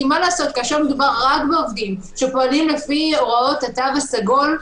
כי כאשר מדובר רק בעובדים שפועלים לפי הוראות התו הסגול,